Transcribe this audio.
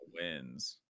wins